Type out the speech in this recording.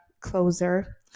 closer